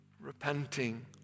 repenting